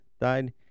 died